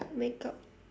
makeup